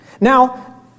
Now